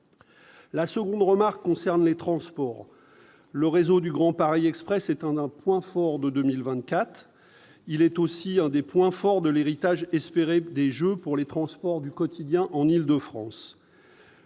La seconde remarque concerne les transports, le réseau du Grand Paris Express et tant d'un point fort de 2024, il est aussi un des points forts de l'héritage espérer des jeux pour les transports du quotidien en Île-de-France,